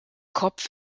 kopf